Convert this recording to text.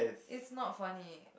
it's not funny